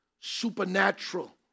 supernatural